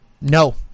No